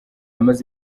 amaze